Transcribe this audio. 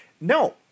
No